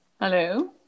Hello